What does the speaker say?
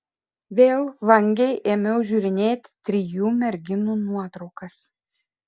vėl vangiai ėmiau žiūrinėti trijų merginų nuotraukas